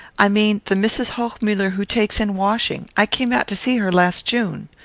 i mean the mrs. hochmuller who takes in washing. i came out to see her last june.